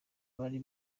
bari